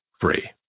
free